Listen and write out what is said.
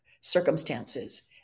circumstances